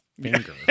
finger